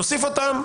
נוסיף אותם,